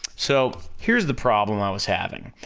so, here's the problem i was having.